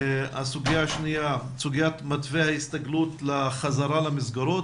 הסוגיה השנייה היא סוגיית מתווה ההסתגלות לחזרה למסגרות,